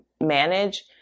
manage